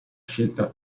scelta